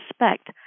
respect